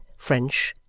french,